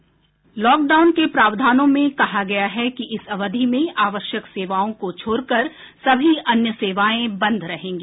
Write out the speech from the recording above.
bite lockdown के प्रावधानों में कहा गया है कि इस अवधि में आवश्यक सेवाओं को छोड़कर सभी अन्य सेवाएं बंद रहेंगी